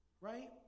right